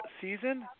season